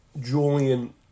Julian